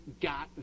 got